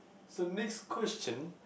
so next question